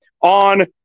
on